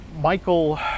Michael